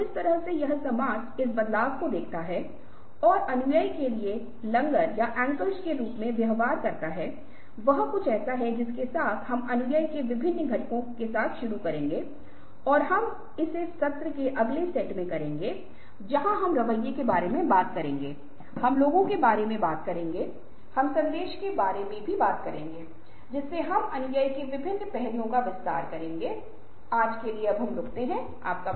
इस प्रकार जैसा कि उल्लेख किया गया है कि निश्चित व्यवहार और गतिविधियों का अभ्यास करने से वह हमारे व्यवहार को बदल देगा और एमीगडाला के कामकाज के गतिविधियों को भी संशोधित करेगा और यह व्यक्ति के साथ साथ उसकी पारस्परिक बातचीत में भी फायदेमंद होगा